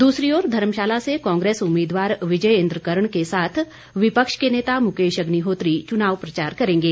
दूसरी ओर धर्मशाला से कांग्रेस उम्मीदवार विजय इंद्र कर्ण के साथ विपक्ष के नेता मुकेश अग्निहोत्री चुनाव प्रचार करेंगे